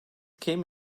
came